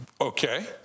Okay